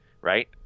Right